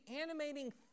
animating